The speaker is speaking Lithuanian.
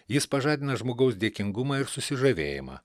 jis pažadina žmogaus dėkingumą ir susižavėjimą